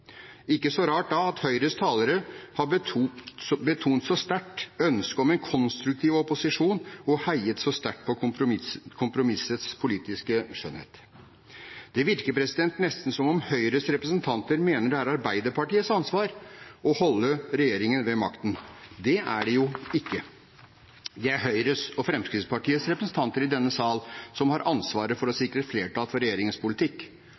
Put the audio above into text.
Ikke så rart da at Høyres talere så sterkt har betont ønsket om en konstruktiv opposisjon og heiet så sterkt på kompromissets politiske skjønnhet. Det virker nesten som om Høyres representanter mener det er Arbeiderpartiets ansvar å holde regjeringen ved makten. Det er det jo ikke. Det er Høyres og Fremskrittspartiets representanter i denne sal som har ansvaret for å sikre flertall for regjeringens politikk,